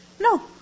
No